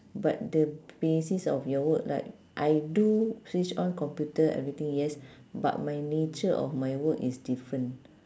but the basis of your work like I do switch on computer everything yes but my nature of my work is different